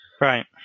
Right